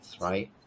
right